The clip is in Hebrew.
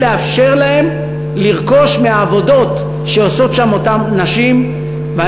לאפשר להם לרכוש מהעבודות שאותן נשים עושות שם,